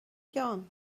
sheáin